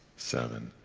seven,